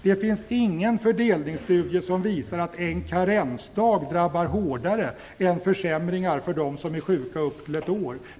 Det finns ingen fördelningsstudie som visar att en karensdag drabbar hårdare än försämringar för de som är sjuka i upp till ett år.